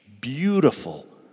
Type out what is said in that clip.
beautiful